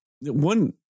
One